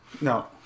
No